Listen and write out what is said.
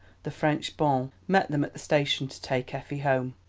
the french bonne, met them at the station to take effie home.